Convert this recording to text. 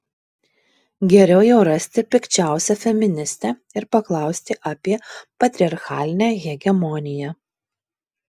geriau jau rasti pikčiausią feministę ir paklausti apie patriarchalinę hegemoniją